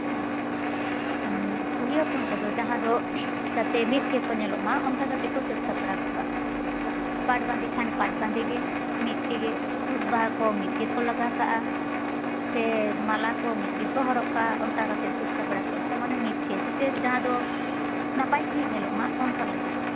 ᱦᱮᱸ ᱠᱩᱲᱤ ᱦᱚᱯᱚᱱ ᱠᱚᱫᱚ ᱡᱟᱦᱟᱸ ᱫᱚ ᱡᱟᱛᱮ ᱢᱤᱫ ᱜᱮᱠᱚ ᱧᱮᱞᱚᱜ ᱢᱟ ᱚᱱᱠᱟ ᱠᱟᱛᱮ ᱠᱚ ᱥᱟᱹᱛ ᱥᱟᱯᱲᱟᱣ ᱠᱚᱜᱼᱟ ᱯᱟᱴ ᱵᱟᱸᱫᱮ ᱠᱷᱟᱱ ᱯᱟᱴ ᱵᱟᱸᱫᱮ ᱜᱮ ᱢᱤᱫ ᱛᱮᱜᱮ ᱥᱩᱫ ᱵᱟᱦᱟ ᱠᱚᱦᱚ ᱢᱤᱫ ᱜᱮᱠᱚ ᱞᱟᱜᱟᱣ ᱠᱟᱜᱼᱟ ᱥᱮ ᱢᱟᱞᱟ ᱠᱚ ᱢᱤᱫ ᱜᱮᱠᱚ ᱦᱚᱨᱚᱜ ᱠᱟᱜᱼᱟ ᱚᱱᱠᱟ ᱠᱟᱛᱮ ᱥᱟᱹᱛ ᱥᱟᱯᱲᱟᱣ ᱠᱚᱜᱼᱟ ᱠᱚ ᱢᱟᱱᱮ ᱢᱤᱫ ᱜᱮ ᱡᱟᱛᱮ ᱡᱟᱦᱟᱸ ᱫᱚ ᱱᱟᱯᱟᱭ ᱥᱟᱺᱦᱤᱡ ᱧᱮᱞᱚᱜ ᱢᱟ ᱚᱱᱠᱟ ᱞᱮᱠᱟ